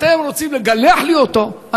ואתם רוצים לגלח לי אותו,